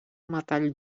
metall